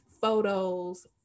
photos